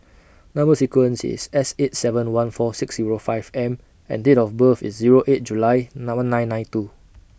Number sequence IS S eight seven one four six Zero five M and Date of birth IS Zero eight July nine one nine two